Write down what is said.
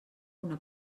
una